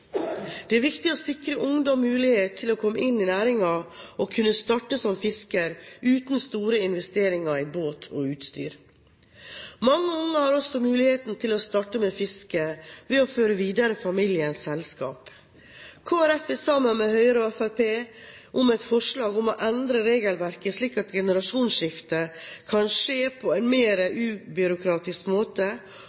Det er viktig å sikre ungdom mulighet til å komme inn i næringen og kunne starte som fisker uten store investeringer i båt og utstyr. Mange unge har også mulighet til å starte med fiske ved å føre videre familiens selskap. Kristelig Folkeparti er sammen med Høyre og Fremskrittspartiet om et forslag om å endre regelverket, slik at generasjonsskifter kan skje på en